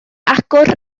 agor